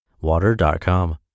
water.com